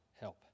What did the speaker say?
help